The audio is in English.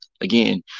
Again